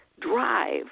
drive